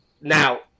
Now